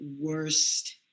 worst